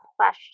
question